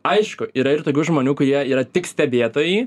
aišku yra ir tokių žmonių kurie yra tik stebėtojai